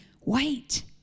wait